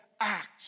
act